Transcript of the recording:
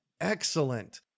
Excellent